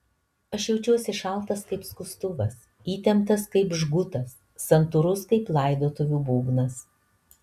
aš jaučiuosi šaltas kaip skustuvas įtemptas kaip žgutas santūrus kaip laidotuvių būgnas